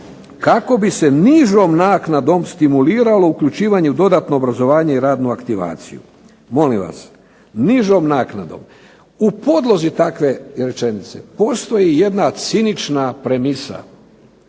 kako bi se nižom naknadom stimulirano uključivanje u dodatno obrazovanje i radnu aktivaciju. Molim vas, nižom naknadom. U podlozi takve rečenice postoji jedna cinična premisa,